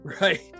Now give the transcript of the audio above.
right